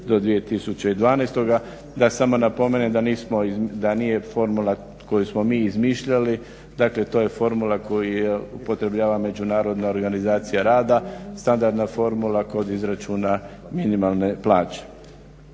do 2012. Da samo napomenem da nismo, da nije formula koju smo mi izmišljali, dakle to je formula koju upotrebljava Međunarodna organizacija rada, standardna formula kod izračuna minimalne plaće.